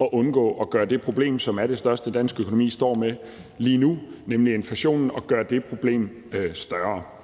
at undgå at gøre det problem, som er det største, dansk økonomi står med lige nu, nemlig inflationen, større.